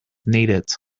needed